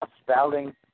spouting